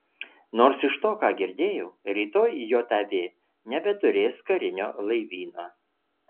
nors iš to ką girdėjau rytoj jav nebeturės karinio laivyno